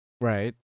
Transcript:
Right